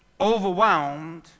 overwhelmed